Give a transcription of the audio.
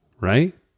right